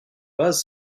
base